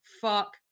fuck